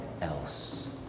else